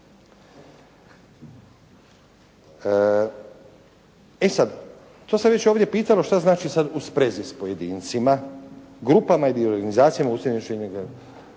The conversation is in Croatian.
E sad to se već ovdje pitalo šta znači sad u sprezi s pojedincima, grupama ili organizacijama …